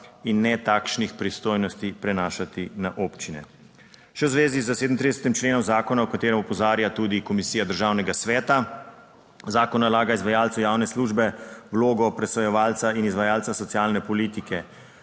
in ne takšnih pristojnosti prenašati na občine. Še v zvezi s 37. členom zakona, o katerem opozarja tudi komisija Državnega sveta. Zakon nalaga izvajalcu javne službe vlogo presojevalca in izvajalca socialne politike.